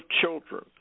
children